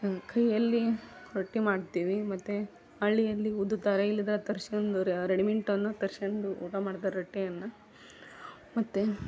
ಈ ಕೈಯ್ಯಲ್ಲಿ ರೊಟ್ಟಿ ಮಾಡ್ತೀವಿ ಮತ್ತು ಹಳ್ಳಿಯಲ್ಲಿ ಊದ್ತಾರೆ ಇಲ್ಲದ್ರ ತರ್ಸ್ಕೊಂಡು ರೆಡಿಮೆಂಟನ್ನ ತರ್ಸ್ಕೊಂಡು ಊಟ ಮಾಡ್ತಾರೆ ರೊಟ್ಟಿಯನ್ನು ಮತ್ತು